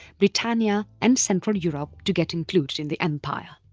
britannia and central europe to get included in the empire.